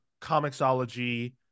comicsology